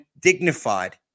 dignified